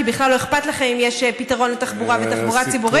כי בכלל לא אכפת לכם אם יש פתרון לתחבורה ותחבורה ציבורית,